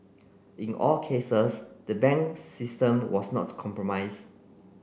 in all cases the banks system was not compromise